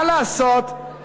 מה לעשות,